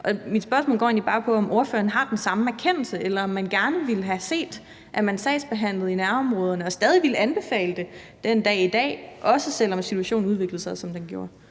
Mit spørgsmål går egentlig bare på, om ordføreren har den samme erkendelse, eller om han gerne havde set, at man sagsbehandlede i nærområderne, og om han stadig ville have anbefalet det den dag i dag, også selv om situationen udviklede sig, som den gjorde.